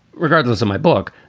regardless of my book,